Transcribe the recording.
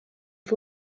die